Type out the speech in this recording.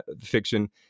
fiction